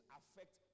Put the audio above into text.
affect